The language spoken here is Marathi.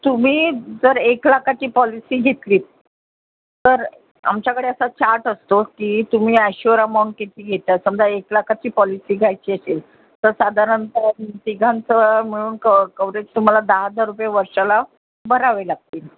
तुम्ही जर एक लाखाची पॉलिसी घेतलीत तर आमच्याकडे असा चार्ट असतो की तुम्ही ॲशुअर अमाऊंट किती घेता समजा एक लाखाची पॉलिसी घ्यायची असेल तर साधारणत तिघांचं मिळून कं कवरेज तुम्हाला दहा हजार रुपये वर्षाला भरावे लागतील